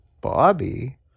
Bobby